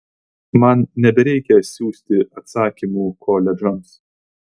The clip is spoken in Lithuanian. man nebereikia siųsti atsakymų koledžams